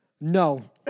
No